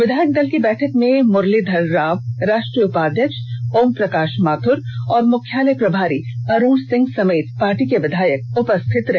विधायक दल की बैठक में मुरलीधर राव राष्ट्रीय उपाध्यक्ष ओमप्रकाश माथुर और मुख्यालय प्रभारी अरुण सिंह समेत पार्टी के विधायक उपस्थित रहे